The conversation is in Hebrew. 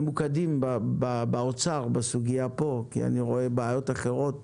ממוקדים באוצר בסוגיה פה כי אני רואה בעיות אחרות